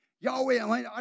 Yahweh